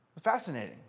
Fascinating